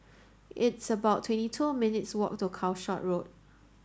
it's about twenty two minutes' walk to Calshot Road